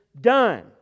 done